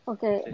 Okay